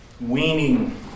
Weaning